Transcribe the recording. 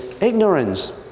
ignorance